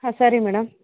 ಹಾಂ ಸರಿ ಮೇಡಮ್